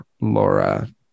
Laura